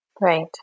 Right